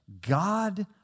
God